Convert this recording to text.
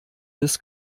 des